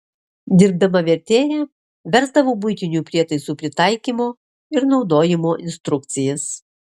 dirbdama vertėja versdavau buitinių prietaisų pritaikymo ir naudojimo instrukcijas